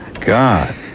God